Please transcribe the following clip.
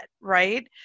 right